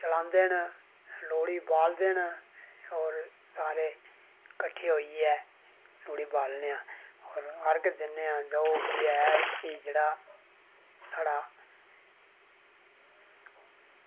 चलांदे न लोह्ड़ी बालदे न होर सारे किट्ठे होइयै लोह्ड़ी बालने आं होर अर्घ दिन्ने आं होर एह्बी ऐ जेह्ड़ा साढ़ा